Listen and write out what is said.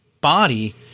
body